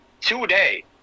today